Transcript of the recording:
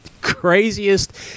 craziest